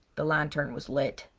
the lantern was lit.